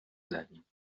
زدیم